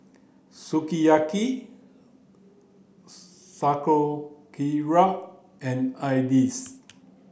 Sukiyaki Sauerkraut and Idili